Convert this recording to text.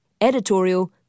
editorial